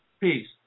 Peace